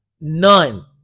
None